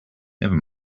never